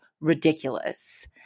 ridiculous